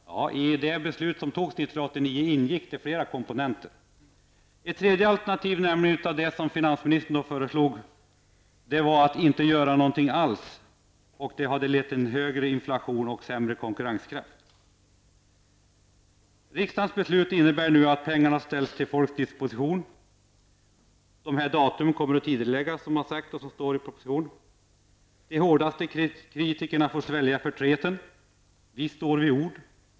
Fru talman! I det beslut som fattades 1989 ingick det flera komponenter. Ett tredje alternativ till det som finansministern föreslog var att inte göra någonting alls. Det hade lett till högre inflation och sämre konkurrenskraft. Riksdagens beslut innebär nu att pengarna ställs till folks disposition. Datumen kommer att tidigareläggas, står det i propositionen. De hårdaste kritikerna får svälja förtreten. Vi står vid vårt ord.